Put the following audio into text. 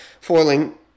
foiling